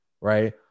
right